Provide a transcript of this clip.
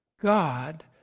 God